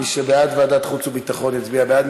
מי שבעד ועדת חוץ וביטחון יצביע בעד,